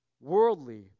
worldly